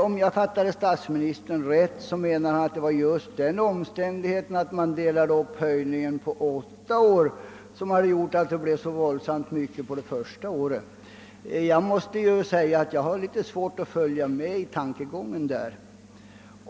Om jag fattade statsministern rätt menade han att det var just den omständigheten att man hade delat upp höjningarna på åtta år som gjorde att det blev så stora höjningar det första året. Jag har litet svårt att följa med i den tankegången.